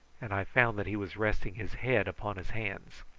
and i found that he was resting his head upon his hands.